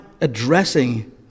addressing